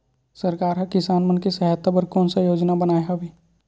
सरकार हा किसान मन के सहायता बर कोन सा योजना बनाए हवाये?